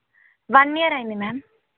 one year అయింది ma'am